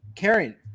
Karen